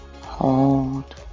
hold